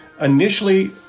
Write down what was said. initially